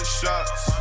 shots